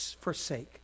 forsake